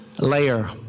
layer